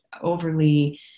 overly